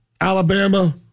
Alabama